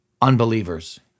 unbelievers